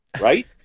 right